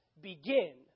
begin